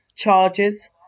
charges